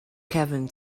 cefn